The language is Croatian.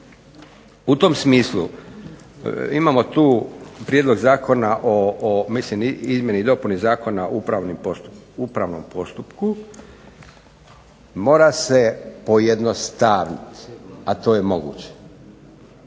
U tom smislu imamo tu prijedlog Zakona o mislim izmjeni i dopuni Zakona o upravnom postupku, mora se pojednostaviti, a to je moguće.